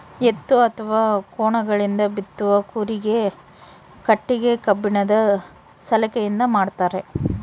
ಎತ್ತು ಅಥವಾ ಕೋಣಗಳಿಂದ ಬಿತ್ತುವ ಕೂರಿಗೆ ಕಟ್ಟಿಗೆ ಕಬ್ಬಿಣದ ಸಲಾಕೆಯಿಂದ ಮಾಡ್ತಾರೆ